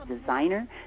designer